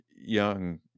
young